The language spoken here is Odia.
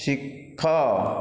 ଶିଖ